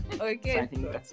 Okay